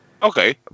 Okay